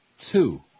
two